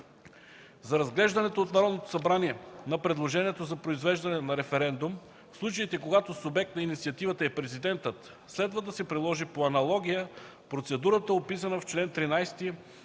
За разглеждането от Народното събрание на предложението за произвеждане на референдум в случаите, когато субект на инициативата е Президентът, следва да се приложи по аналогия процедурата, описана в чл. 13